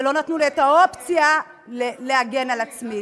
ולא נתנו לי את האופציה להגן על עצמי.